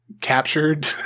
captured